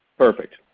perfect,